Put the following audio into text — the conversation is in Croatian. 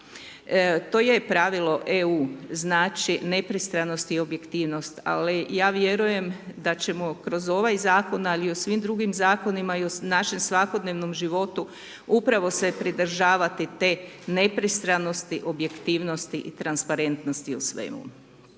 To je pravilo EU, znači nepristranost i objektivnost ali ja vjerujem da ćemo kroz ovaj zakon ali i u svim drugim zakonima i u našem svakodnevnom životu upravo se pridržavati te nepristranosti, objektivnosti i transparentnosti u svemu.